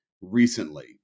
recently